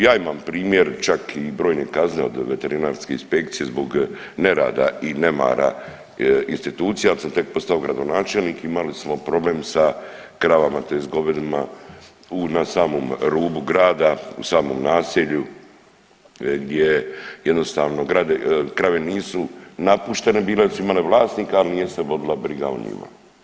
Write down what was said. Ja imam primjer čak i brojne kazne od veterinarske inspekcije zbog nerada i nemara institucija, a kad sam tek postao gradonačelnik imali smo problem sa kravama tj. govedima na samom rubu grada, u samom naselju gdje jednostavno krave nisu napuštene bile jer su imale vlasnika, ali nije se vodila briga o njima.